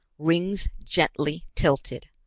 rings gently tilted.